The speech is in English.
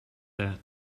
that